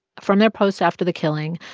from their posts after the killing,